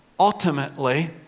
Ultimately